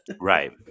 Right